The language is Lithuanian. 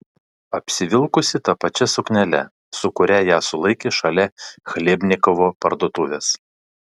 apsivilkusi ta pačia suknele su kuria ją sulaikė šalia chlebnikovo parduotuvės